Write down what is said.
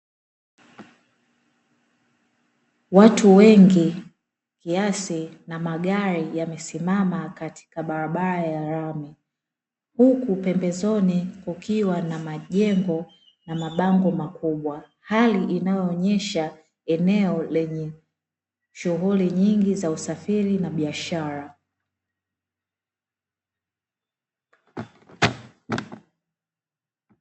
Watu wengi kiasi na magari yamesimama katika barabara ya lami, huku pembezoni kukiwa na majengo na mabango makubwa. Hali inayoonyesha eneo lenye shughuli nyingi za usafiri na biashara.